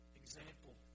example